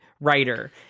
writer